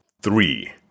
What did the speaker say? three